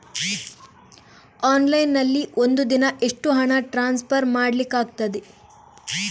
Online ನಲ್ಲಿ ಒಂದು ದಿನ ಎಷ್ಟು ಹಣ ಟ್ರಾನ್ಸ್ಫರ್ ಮಾಡ್ಲಿಕ್ಕಾಗ್ತದೆ?